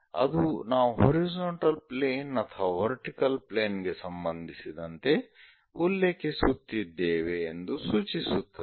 ಅದು ನಾವು horizontal plane ಅಥವಾ ವರ್ಟಿಕಲ್ ಪ್ಲೇನ್ ಗೆ ಸಂಬಂಧಿಸಿದಂತೆ ಉಲ್ಲೇಖಿಸುತ್ತಿದ್ದೇವೆ ಎಂದು ಸೂಚಿಸುತ್ತದೆ